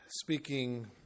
speaking